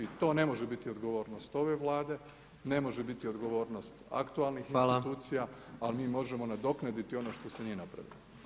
To ne može biti odgovornost ove Vlade, ne može biti odgovornost aktualnih institucija ali mi možemo nadoknaditi ono što se nije napravilo.